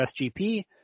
SGP